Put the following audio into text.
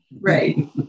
Right